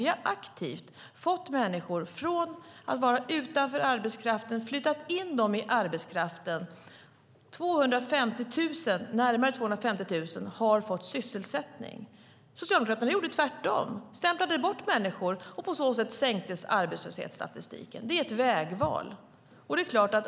Vi har aktivt flyttat människor från att vara utanför arbetskraften in i arbetskraften. Närmare 250 000 har fått sysselsättning. Socialdemokraterna gjorde tvärtom och stämplade bort människor och sänkte på så sätt arbetslöshetsstatistiken. Det är ett vägval.